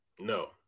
No